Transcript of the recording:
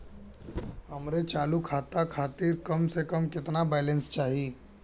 हमरे चालू खाता खातिर कम से कम केतना बैलैंस चाही?